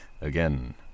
Again